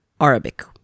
Arabic